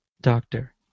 doctor